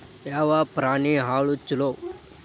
ಯಾವ ಪ್ರಾಣಿ ಹಾಲು ಛಲೋ?